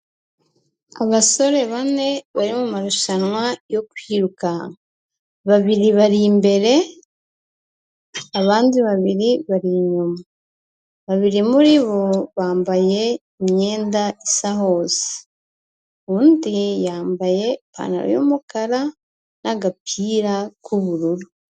Abasore bane, bari mu marushanwa yo kwiruka. Babiri bari imbere, abandi babiri bari inyuma. Babiri muri bo, bambaye imyenda isa hose. Undi yambaye ipantaro y'umukara n'agapira k'ubururu.